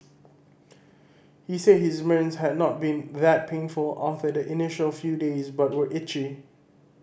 he said his burns had not been that painful after the initial few days but were itchy